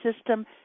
system